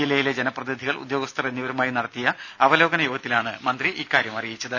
ജില്ലയിലെ ജനപ്രതിനിധികൾ ഉദ്യോഗസ്ഥർ എന്നിവരുമായി നടത്തിയ അവലോകന യോഗത്തിലാണ് മന്ത്രി ഇക്കാര്യം അറിയിച്ചത്